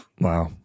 Wow